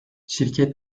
şirket